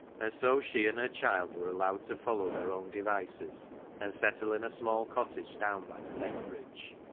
and so she and her child were allowed to follow their own devices and settle in a small cottage down by the beck-bridge.